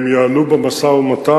והם יעלו במשא-ומתן,